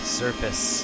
surface